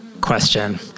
question